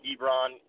Ebron